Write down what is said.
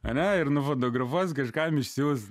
aną ir nufotografuos kažkam išsiųs